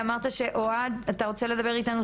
אתה אמרת שאוהד רוצה לדבר איתנו,